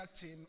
team